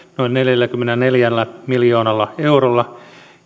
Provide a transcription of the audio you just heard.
noin neljälläkymmenelläneljällä miljoonalla eurolla